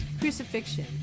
Crucifixion